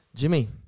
Jimmy